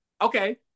Okay